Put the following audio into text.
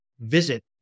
visit